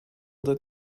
that